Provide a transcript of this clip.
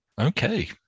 Okay